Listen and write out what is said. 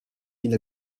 mille